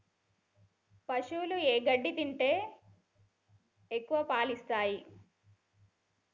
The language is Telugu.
పశువులు ఏ గడ్డి తింటే ఎక్కువ పాలు ఇస్తాయి?